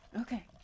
Okay